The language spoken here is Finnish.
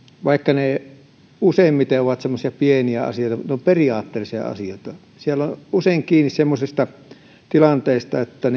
vaikka ne useimmiten ovat pieniä asioita niin ne ovat periaatteellisia asioita siellä se on usein kiinni semmoisista tilanteista että